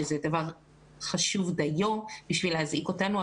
שזה דבר חשוב דיו בשביל להזעיק אותנו,